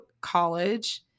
college